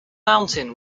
mountain